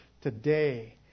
today